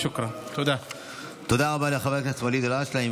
תודה רבה לחבר הכנסת ואליד אלהואשלה.